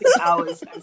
hours